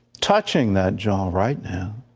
touching that jaw right now.